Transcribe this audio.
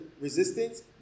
resistance